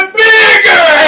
bigger